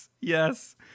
yes